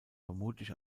vermutlich